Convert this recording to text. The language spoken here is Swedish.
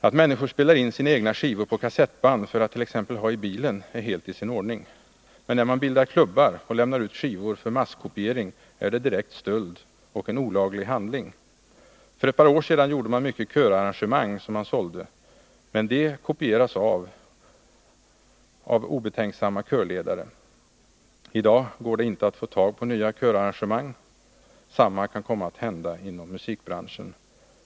”Att människor spelar in sina egna skivor på kassettband för att t.ex. ha i bilen är helt i sin ordning. Men när man bildar klubbar och lämnar ut skivor för masskopiering, är det direkt stöld och en olaglig handling. För ett par år sedan gjorde man mycket körarrangemang som man sålde. Men de kopieras av obetänksamma körledare. I dag går det inte att få tag på nya körarrangemang. Samma kan komma att hända inom musikbranschen.